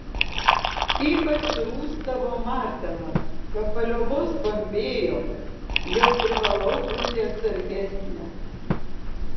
ypač rūstavo martenas be paliovos bambėjo jog privalau būti atsargesnė